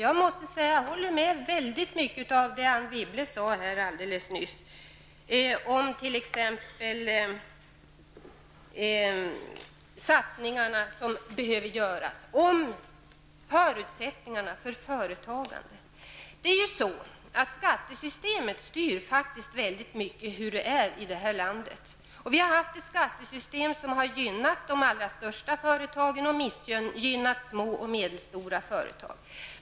Jag håller med om väldigt mycket av det Anne Wibble sade alldeles nyss, t.ex. om satsningarna som behöver göras och om förutsättningarna för företagande. Skattesystemet styr faktiskt väldigt mycket hur det är här i landet. Vi har haft ett skattesystem som har gynnat de allra största företagen och missgynnat små och medelstora företag.